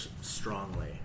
strongly